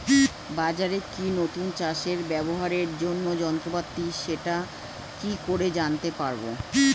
বাজারে কি নতুন চাষে ব্যবহারের জন্য যন্ত্রপাতি সেটা কি করে জানতে পারব?